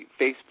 Facebook